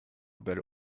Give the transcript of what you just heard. belle